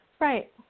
Right